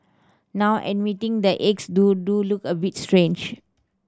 now admitting the eggs to do look a bit strange